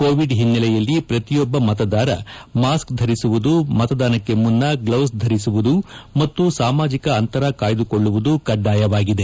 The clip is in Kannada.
ಕೋವಿಡ್ ಹಿನ್ನೆಲೆಯಲ್ಲಿ ಪ್ರತಿಯೊಬ್ಬ ಮತದಾರ ಮಾಸ್ಕ್ ಧರಿಸುವುದು ಮತದಾನಕ್ಕೆ ಮುನ್ನ ಗ್ಲೌಸ್ ಧರಿಸುವುದು ಮತ್ತು ಸಾಮಾಜಿಕ ಅಂತರ ಕಾಯ್ದುಕೊಳ್ಳುವುದು ಕಡ್ಡಾಯವಾಗಿದೆ